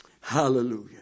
Hallelujah